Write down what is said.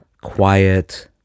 quiet